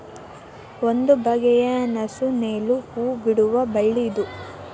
ಒಂದು ಬಗೆಯ ನಸು ನೇಲು ಹೂ ಬಿಡುವ ಬಳ್ಳಿ ಇದು